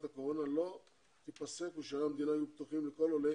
הקורונה לא תיפסק ושערי המדינה יהיו פתוחים בפני כל עולה